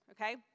okay